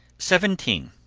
seventeen.